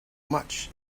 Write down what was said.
much